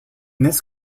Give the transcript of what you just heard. this